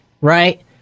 right